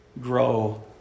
grow